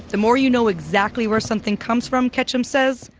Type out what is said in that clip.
the more you know exactly where something comes from, ketchum says,